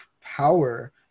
power